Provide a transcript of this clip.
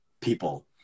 people